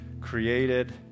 created